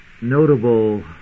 notable